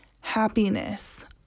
happiness